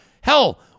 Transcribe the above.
hell